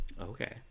Okay